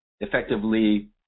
effectively